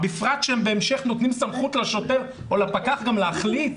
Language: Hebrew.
בפרט שהם בהמשך נותנים סמכות לשוטר או לפקח גם להחליט,